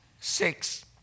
Six